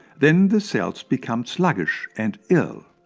then the cells become sluggish and ill.